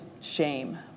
shame